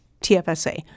TFSA